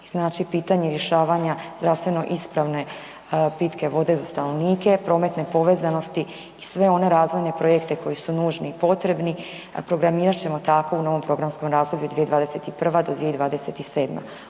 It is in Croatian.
istakli pitanje rješavanja zdravstveno ispravne pitke vode za stanovnike, prometne povezanosti i sve one razvojne projekte koji su nužni i potrebni, programirat ćemo tako u novom programskom razdoblju 2021.-2027.